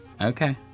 Okay